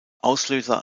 auslöser